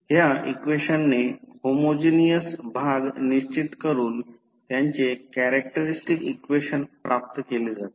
ह्या इक्वेशनने होमोजिनियस भाग निश्चित करून त्यांचे कॅरेक्टरस्टिक्स इक्वेशन प्राप्त केले जाते